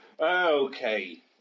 Okay